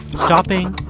stopping,